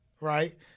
right